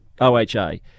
OHA